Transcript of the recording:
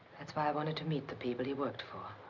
that's why i wanted to meet the people he worked for.